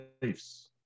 beliefs